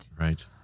right